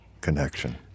connection